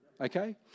okay